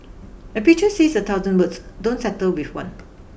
a pictures says a thousand words don't settle with one